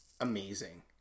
amazing